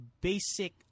basic